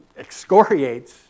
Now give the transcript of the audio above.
excoriates